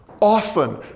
Often